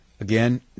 Again